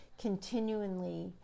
continually